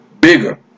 bigger